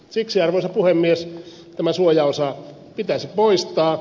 siksi arvoisa puhemies tämä suojaosa pitäisi poistaa